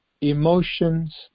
emotions